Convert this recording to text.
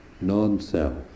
non-self